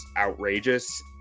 outrageous